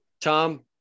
Tom